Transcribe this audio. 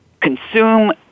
consume